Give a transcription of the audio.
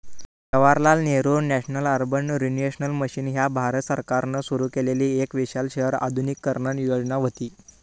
Jawaharlal Nehru national urban renewal mission ह्या भारत सरकारान सुरू केलेली एक विशाल शहर आधुनिकीकरण योजना व्हती